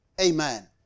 Amen